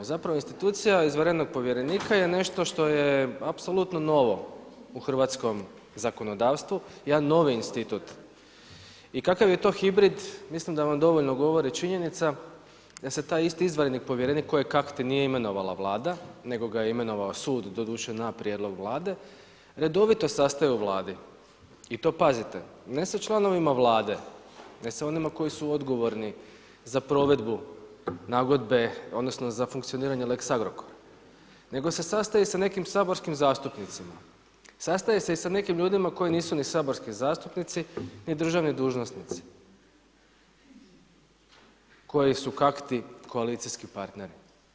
Zapravo institucija izvanrednog povjerenika je nešto što je apsolutno novo u hrvatskom zakonodavstvu, jedan novi institut i kakav je to hibrid mislim da vam dovoljno govori činjenica da se taj isti izvanredni povjerenik, kojeg kakti nije imenovala Vlada, nego ga je imenovao sud, doduše na prijedlog Vlade, redovito sastajao u Vladi i to pazite, ne sa članovima Vlade, ne sa onima koji su odgovorni za provedbu nagodbe, odnosno za funkcioniranje lex Agrokora, nego se sastaje sa nekim saborskim zastupnicima, sastaje se i sa nekim ljudima koji nisu ni saborski zastupnici, ni državni dužnosnici koji su kakti koalicijski partneri.